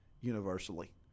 universally